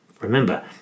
Remember